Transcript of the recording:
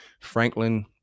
Franklin